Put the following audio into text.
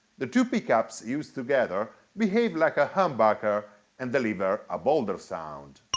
the two pickups used together behave like a humbucker and deliver a bolder sound.